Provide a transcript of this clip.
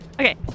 Okay